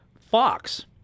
Fox